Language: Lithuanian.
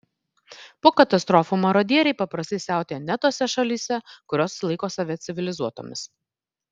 po katastrofų marodieriai paprastai siautėja net tose šalyse kurios laiko save civilizuotomis